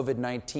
COVID-19